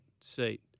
seat